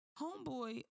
Homeboy